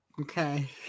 Okay